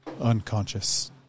unconscious